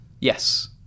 yes